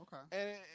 Okay